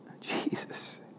Jesus